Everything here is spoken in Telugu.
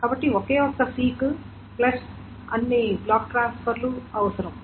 కాబట్టి ఒకే ఒక్క సీక్ ప్లస్ అన్ని బ్లాక్ ట్రాన్స్ఫర్ లు అవసరం